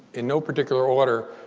in no particular order,